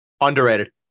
Underrated